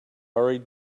already